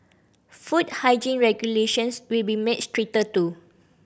food hygiene regulations will be made stricter too